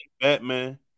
Batman